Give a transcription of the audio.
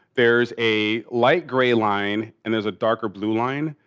there's a light gray line and there's a darker blue line.